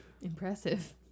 Impressive